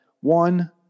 one